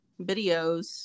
videos